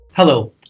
Hello